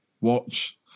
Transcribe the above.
watch